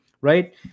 right